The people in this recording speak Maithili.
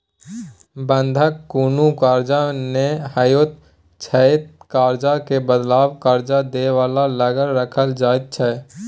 बंधक कुनु कर्जा नै होइत छै ई त कर्जा के बदला कर्जा दे बला लग राखल जाइत छै